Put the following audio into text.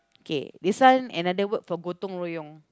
kay this one another word for gotong royong